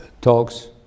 talks